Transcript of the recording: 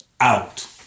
out